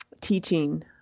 teaching